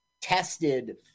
tested